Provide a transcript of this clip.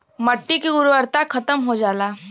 मट्टी के उर्वरता खतम हो जाला